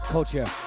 Culture